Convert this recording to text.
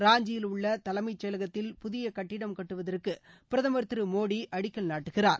ராஞ்சியில் உள்ள தலைமை செயலகத்தில் புதிய கட்டிடம் கட்டுவதற்கு பிரதமர் திரு மோடி அடிக்கல் நாட்டுகிறார்